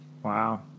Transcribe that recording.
wow